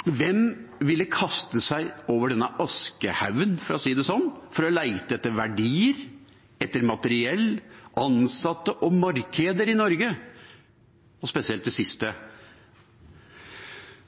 Hvem ville kaste seg over denne askehaugen – for å si det sånn – for å leite etter verdier, materiell, ansatte og markeder i Norge, spesielt det siste?